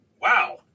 wow